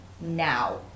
now